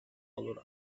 colorado